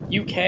UK